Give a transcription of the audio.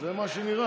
זה מה שנראה